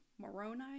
Moroni